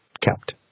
kept